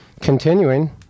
continuing